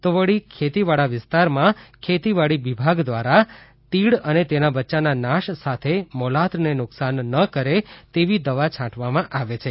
તો વળી ખેતીવાળા વિસ્તારમાં ખેતીવાડી વિભાગ દ્વારા તીડ અને તેના બચ્યાના નાશ સાથે મોલાતને નુકસાન ન કરે તેવી દવા છાંટવામાં આવે છે